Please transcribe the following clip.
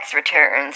returns